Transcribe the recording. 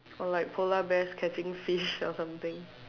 or like polar bears catching fish or something